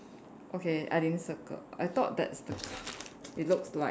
okay I didn't circle I thought that's the it looks like